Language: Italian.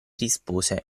rispose